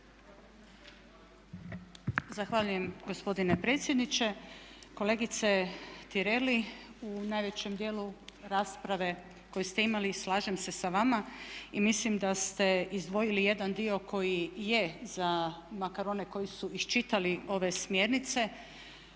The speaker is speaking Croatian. Zahvaljujem gospodine predsjedniče. Kolegice Tireli, u najvećem dijelu rasprave koju ste imali slažem se sa vama i mislim da ste izdvojili jedan dio koji je za, makar one koji su iščitali ove smjernice